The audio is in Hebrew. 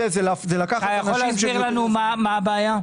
אתה יכול להסביר לנו מה הבעיה?